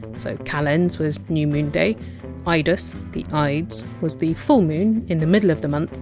so calends was new moon day ah idus the ides was the full moon, in the middle of the month,